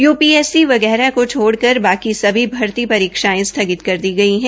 UPSC वगैरह को छोड़कर बाकी सभी भर्ती परीक्षायें सथगित कर दी गई है